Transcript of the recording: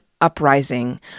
uprising